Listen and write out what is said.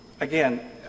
again